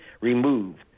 removed